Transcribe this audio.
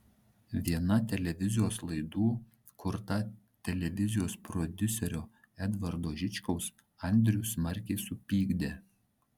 viena televizijos laidų kurta televizijos prodiuserio edvardo žičkaus andrių smarkiai supykdė